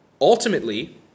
ultimately